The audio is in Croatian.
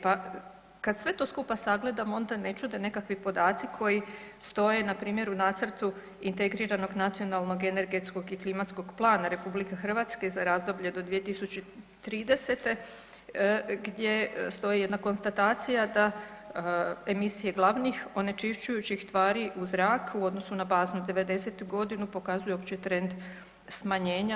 Pa kad to sve skupa sagledamo onda ne čude nekakvi podaci koji stoje na primjer u nacrtu integriranog nacionalnog energetskog i klimatskog plana RH za razdoblje do 2030. gdje stoji jedna konstatacija da emisije glavnih onečišćujućih tvari u zraku u odnosu na baznu devedesetu godinu pokazuje opći trend smanjenja.